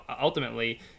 ultimately